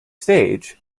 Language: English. stage